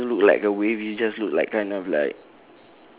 ya it doesn't look like a wave it just look like kind of like